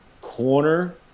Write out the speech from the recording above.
corner